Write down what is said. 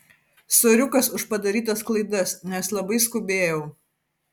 soriukas už padarytas klaidas nes labai skubėjau